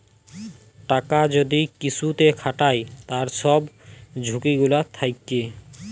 টাকা যদি কিসুতে খাটায় তার সব ঝুকি গুলা থাক্যে